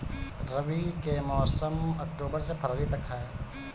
रबी के मौसम अक्टूबर से फ़रवरी तक ह